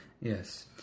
Yes